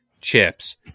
chips